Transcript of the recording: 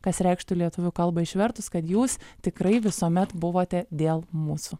kas reikštų į lietuvių kalbą išvertus kad jūs tikrai visuomet buvote dėl mūsų